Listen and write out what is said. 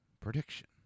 prediction